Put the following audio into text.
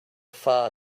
far